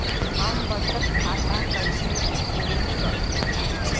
हम बचत खाता कईसे खोल सकिला?